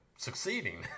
Succeeding